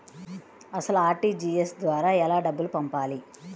అసలు అర్.టీ.జీ.ఎస్ ద్వారా ఎలా డబ్బులు పంపాలి?